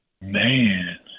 man